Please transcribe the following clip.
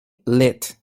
lit